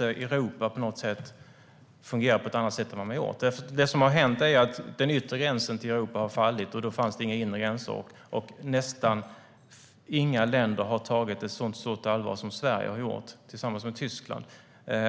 Europa måste fungera på ett annat sätt i den situation som världen befinner sig. Det som har hänt är att den yttre gränsen till Europa har fallit, och det fanns inga inre gränser. Och nästan inga länder har tagit ett sådant stort ansvar som Sverige har gjort, tillsammans med Tyskland.